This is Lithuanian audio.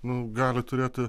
nu gali turėti